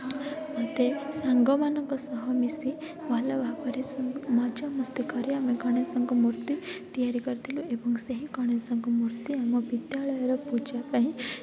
ମୋତେ ସାଙ୍ଗମାନଙ୍କ ସହ ମିଶି ଭଲ ଭାବରେ ମଜା ମସ୍ତି କରି ଆମେ ଗଣେଶଙ୍କ ମୂର୍ତ୍ତି ତିଆରି କରିଥିଲୁ ଏବଂ ସେହି ଗଣେଶଙ୍କ ମୂର୍ତ୍ତି ଆମ ବିଦ୍ୟାଳୟର ପୂଜା ପାଇଁ